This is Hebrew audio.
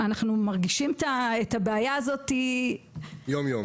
אנחנו מרגישים את הבעיה הזאת יום-יום.